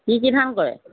কি কি ধান কৰে